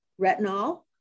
retinol